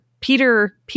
peter